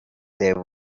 their